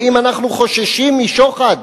ואם אנחנו חוששים משוחד,